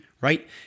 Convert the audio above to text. right